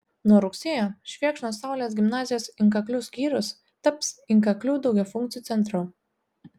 nuo rugsėjo švėkšnos saulės gimnazijos inkaklių skyrius taps inkaklių daugiafunkciu centru